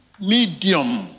medium